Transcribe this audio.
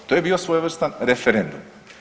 To je bio svojevrstan referendum.